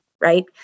right